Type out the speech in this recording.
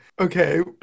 Okay